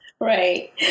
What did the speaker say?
Right